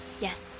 Yes